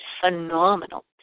phenomenal